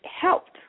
helped